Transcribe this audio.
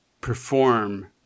perform